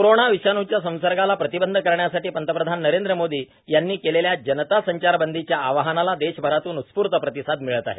corona विषाण्च्या संसर्गाला प्रतिबंध करण्यासाठी पंतप्रधान नरेंद्र मोदी यांनी केलेल्या जनता संचारबंदीच्या आवाहनाला देशभरातून उस्फूर्त प्रतिसाद मिळत आहे